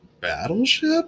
Battleship